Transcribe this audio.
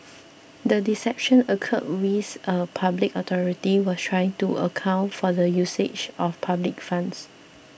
the deception occurred whilst a public authority was trying to account for the usage of public funds